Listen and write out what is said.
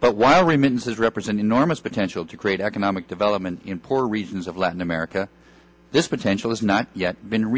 but while remittances represent enormous potential to create economic development in poor reasons of latin america this potential is not yet been